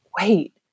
wait